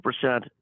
percent